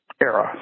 era